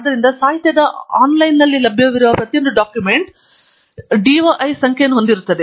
ಆದ್ದರಿಂದ ಸಾಹಿತ್ಯದಲ್ಲಿ ಆನ್ಲೈನ್ನಲ್ಲಿ ಲಭ್ಯವಿರುವ ಪ್ರತಿಯೊಂದು ಡಾಕ್ಯುಮೆಂಟ್ ತೆರೆದ ಸಾಹಿತ್ಯ DOI ಸಂಖ್ಯೆಯನ್ನು ಹೊಂದಿರುತ್ತದೆ